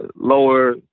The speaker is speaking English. lower